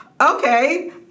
okay